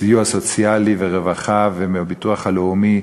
סיוע סוציאלי ורווחה ומהביטוח הלאומי,